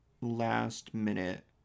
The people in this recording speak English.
last-minute